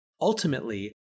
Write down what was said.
Ultimately